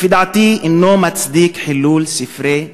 לפי דעתי, אינם מצדיקים חילול ספרי קודש.